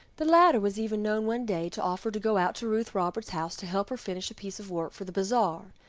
the latter was even known one day to offer to go out to ruth roberts' house to help her finish a piece of work for the bazaar.